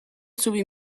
zubi